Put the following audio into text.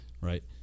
Right